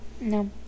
No